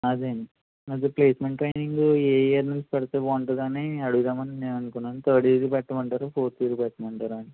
అదే అండి అది ప్లేసెమెంట్ ట్రైనింగ్ ఏ ఇయర్ నుంచి పెడితే బాగుంటుందా అని అడుగుదామని నేను అనుకున్నాను థర్డ్ ఇయర్ పెట్టమంటారా ఫోర్త్ ఇయర్ పెట్టమంటారా అని